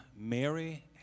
Mary